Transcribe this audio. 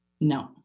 No